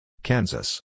Kansas